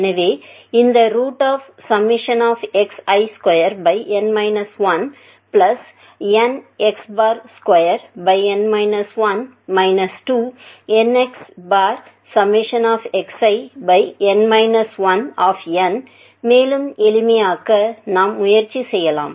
எனவே இந்த xi2nx2 2nxxin மேலும் எளிமை ஆக்க நாம் முயற்சி செய்யலாம்